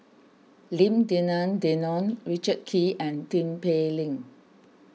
Lim Denan Denon Richard Kee and Tin Pei Ling